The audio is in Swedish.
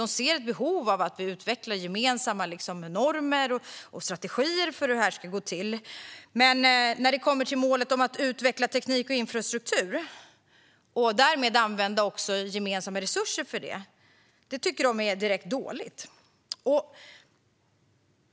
De ser ett behov av att vi utvecklar gemensamma normer och strategier för hur det här ska gå till, men när det kommer till målet om att utveckla teknik och infrastruktur och därmed använda också gemensamma resurser för det tycker de att detta är direkt dåligt.